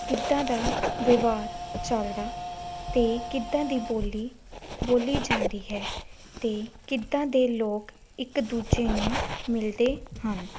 ਕਿੱਦਾਂ ਦਾ ਵਿਵਹਾਰ ਚੱਲਦਾ ਅਤੇ ਕਿੱਦਾਂ ਦੀ ਬੋਲੀ ਬੋਲੀ ਜਾਂਦੀ ਹੈ ਅਤੇ ਕਿੱਦਾਂ ਦੇ ਲੋਕ ਇੱਕ ਦੂਜੇ ਨੂੰ ਮਿਲਦੇ ਹਨ